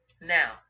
now